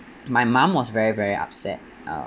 my mum was very very upset uh